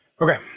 Okay